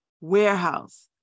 Warehouse